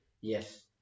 yes